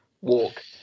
walk